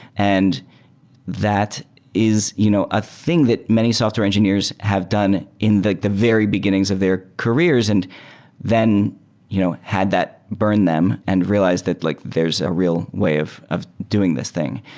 and that is you know a thing that many software engineers have done in the the very beginnings of their careers and then you know had that burn them and realized that like there's a real wave of doing this thing.